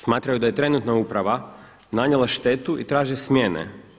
Smatraju da je trenutna uprava nanijela štetu i traže smjene.